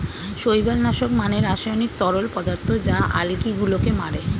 শৈবাল নাশক মানে রাসায়নিক তরল পদার্থ যা আলগী গুলোকে মারে